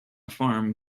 farm